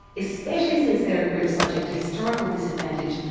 especially since there are groups subject to historical disadvantage,